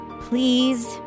Please